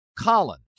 Colin